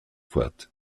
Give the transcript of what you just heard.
fort